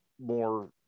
more